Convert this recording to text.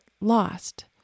lost